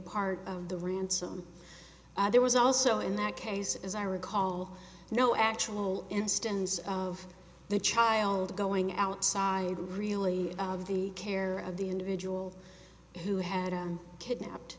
part of the ransom there was also in that case as i recall no actual instance of the child going outside really of the care of the individual who had kidnapped